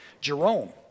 Jerome